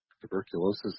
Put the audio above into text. tuberculosis